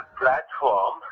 platform